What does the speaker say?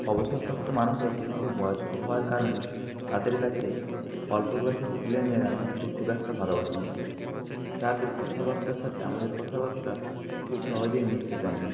অবসরপ্রাপ্ত মানুষেরা সাধারণত বয়স্ক হওয়ার কারণে তাদের কাছে অল্প বয়সের ছেলেমেয়েরা মিশতে খুব একটা ভালোবাসেন না তাদের কথাবার্তার সাথে আমাদের কথাবার্তা খুব সহজেই মিশতে চায় না